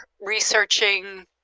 researching